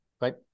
right